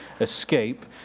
escape